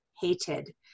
hated